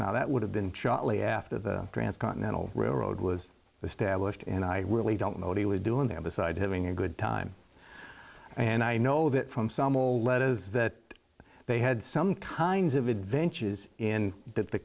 now that would have been charlie after the transcontinental railroad was the stablished and i really don't know what he was doing there besides having a good time and i know that from some old letters that they had some kinds of adventures in th